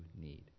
need